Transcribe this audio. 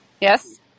Yes